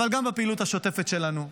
אבל גם בפעילות השוטפת שלנו.